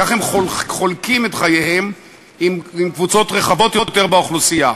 כך הם חולקים את חייהם עם קבוצות רחבות יותר באוכלוסייה.